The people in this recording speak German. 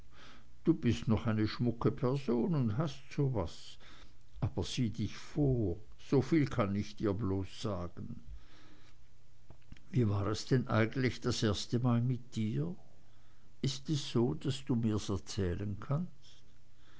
du bist ja noch eine schmucke person und hast so was aber sieh dich vor soviel kann ich dir bloß sagen wie war es denn eigentlich das erstemal mit dir ist es so daß du mir's erzählen kannst